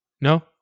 No